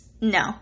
No